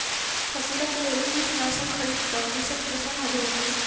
फसिलक लेल कीटनाशक खरीद क कृषक प्रसन्न भेल